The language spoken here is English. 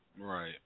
right